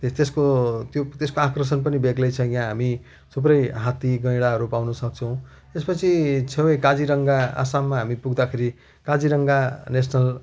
त्यसको त्यो त्यसको आकर्षण पनि बेग्लै छ यहाँ हामी थुप्रै हात्ती गैँडाहरू पाउन सक्छौँ त्यस पछि छेवै काजिरङ्गा असममा हामी पुग्दाखेरि काजिरङ्गा नेसनल